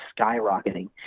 skyrocketing